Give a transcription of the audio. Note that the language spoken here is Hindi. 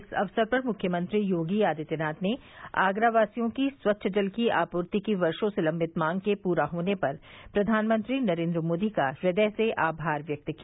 इस अवसर पर मुख्यमंत्री योगी आदित्यनाथ ने आगरावासियों की स्वच्छ जल की आपूर्ति की वर्षो से लम्बित मांग के पूरा होने पर प्रधानमंत्री नरेन्द्र मोदी का हृदय से आभार व्यक्त किया